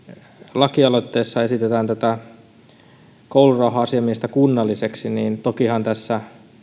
lakialoitteessa esitetään tätä koulurauha asiamiestä kunnalliseksi tokihan tässä